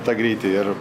tą greitį ir